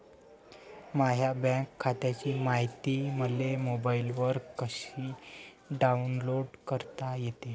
माह्या बँक खात्याची मायती मले मोबाईलवर कसी डाऊनलोड करता येते?